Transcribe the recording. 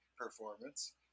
performance